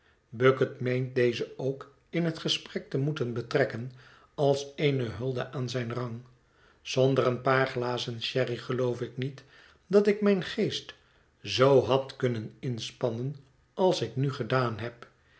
bucket meent dezen ook in het gesprek te moeten betrekken als eene hulde aan zijn rang zonder een paar glazen sherry geloof ik niet dat ik mijn geest zoo had kunnen inspannen als ik nu gedaan heb